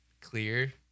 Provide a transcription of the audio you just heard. clear